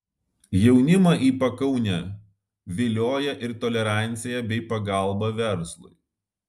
jaunimą į pakaunę vilioja ir tolerancija bei pagalba verslui